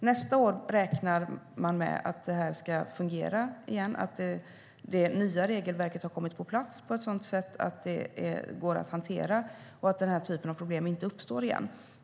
Nästa år räknar man med att det här ska fungera igen, att det nya regelverket har kommit på plats på ett sådant sätt att det går att hantera och att den här typen av problem inte uppstår igen.